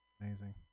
Amazing